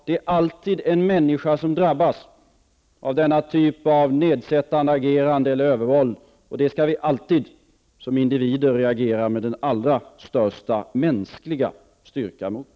Det är alltid en människa som drabbas av denna typ av nedsättande agerande eller övervåld, och det skall vi som individer alltid reagera med den allra största mänskliga styrka mot.